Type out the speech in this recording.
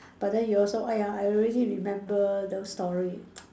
but then you also !aiya! I already remember the story